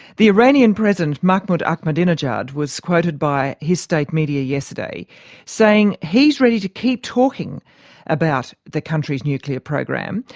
the iranian president, mahmoud ahmadinejad, was quoted by his state media yesterday saying he's ready to keep talking about the country's nuclear program,